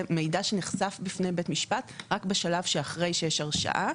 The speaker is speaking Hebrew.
זה מידע שנחשף בפני בית משפט רק בשלב שאחרי שיש הרשעה,